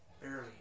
Barely